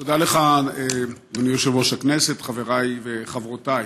תודה לך, אדוני יושב-ראש הכנסת, חבריי וחברותיי,